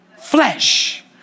flesh